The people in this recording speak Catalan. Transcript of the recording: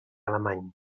alemany